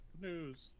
News